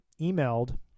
emailed